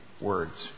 words